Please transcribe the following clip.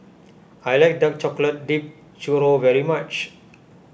I like Dark Chocolate Dipped Churro very much